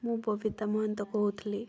ମୁଁ ବବିତା ମହନ୍ତ କହୁଥିଲି